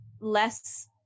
less